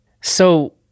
So-